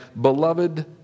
beloved